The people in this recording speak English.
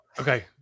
Okay